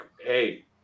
hey